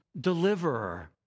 deliverer